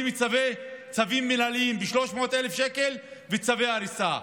צווים מינהליים ב-300,000 שקל וצווי הריסה.